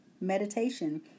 meditation